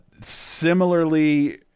Similarly